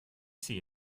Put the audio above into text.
see